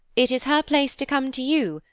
it is her place to come to you,